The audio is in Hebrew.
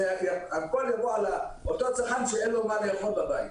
הכול יבוא על אותו צרכן שאין לו מה לאכול בבית.